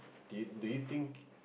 do you do you think